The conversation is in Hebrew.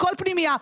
לכל פנימייה.